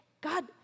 God